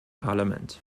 parlament